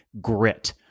grit